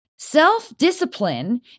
Self-discipline